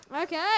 Okay